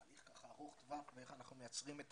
תהליך ארוך טווח ואיך אנחנו מייצרים את